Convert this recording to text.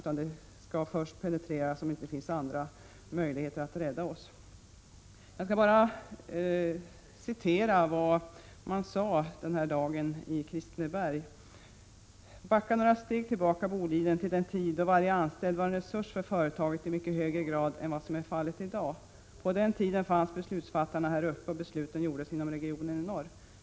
Först skall det penetreras om det inte finns andra möjligheter att rädda oss. Låt mig bara citera vad man sade den här dagen i Kristineberg: ”Backa några steg tillbaka, Boliden, till den tid då varje anställd var en resurs för företaget i mycket högre grad än vad som är fallet i dag! På den tiden fanns beslutsfattarna här uppe, och besluten gjordes inom regionen i norr.